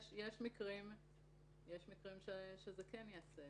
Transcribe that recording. יש מקרים שזה ייעשה,